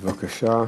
בבקשה.